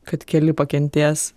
kad keli pakentės